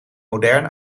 modern